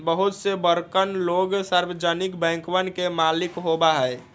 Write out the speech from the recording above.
बहुते से बड़कन लोग सार्वजनिक बैंकवन के मालिक होबा हई